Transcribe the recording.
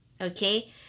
Okay